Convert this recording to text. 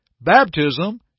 baptism